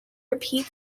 repeat